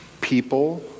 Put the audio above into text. people